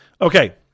Okay